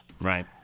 Right